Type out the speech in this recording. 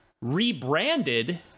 rebranded